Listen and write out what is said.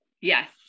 yes